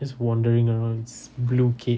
just wandering around it's blue cage